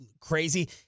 crazy